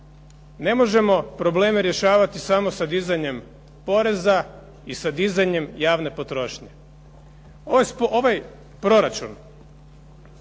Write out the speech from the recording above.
Ne možemo probleme rješavati samo sa dizanjem poreza, i sa dizanjem javne potrošnje. Ovaj proračun